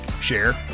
share